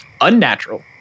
Unnatural